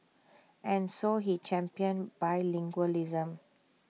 and so he championed bilingualism